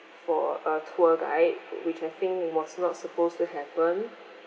for a tour guide which I think was not supposed to happen